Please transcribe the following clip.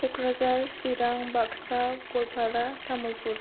Kokrajhar Chirang Baksa Goalpara Tamulpur